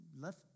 left